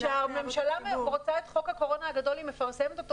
כשהממשלה מאוד רוצה את חוק הקורונה הגדול היא מפרסמת אותו